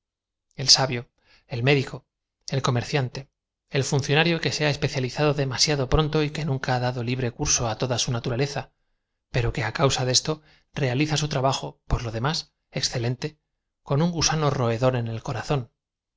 el sa bio el médico el comerciante el funcionario que se ha especializado demasiado pronto y que nunca ha dado libre curao á toda su naturaleza pero que á causa de esto realiza su tra b o por lo demás exce lente con un guaano roedor en el corazón